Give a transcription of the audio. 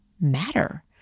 Matter